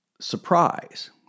surprise